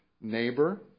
neighbor